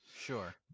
sure